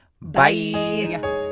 Bye